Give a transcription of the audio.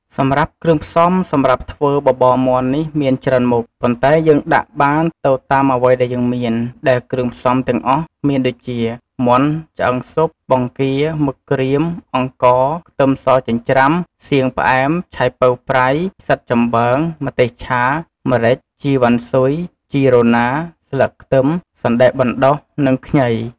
សម្រាប់គ្រឿងផ្សំសម្រាប់ធ្វើបបរមាន់នេះមានច្រើនមុខ ប៉ុន្តែយើងដាក់បានទៅតាមអ្វីដែលយើងមាន ដែលគ្រឿងផ្សំទាំងអស់មានដូចជា មាន់ ឆ្អឹងស៊ុប បង្គានិងមឹកក្រៀម អង្ករ ខ្ទឹមសចិញ្ច្រាំ សៀងផ្អែម ឆៃប៉ូវប្រៃ ផ្សិតចំបើង ម្ទេសឆា ម្រេច ជីវ៉ាន់ស៊ុយ ជីរណា ស្លឹកខ្ទឹម សណ្តែកបណ្តុះនិងខ្ញី។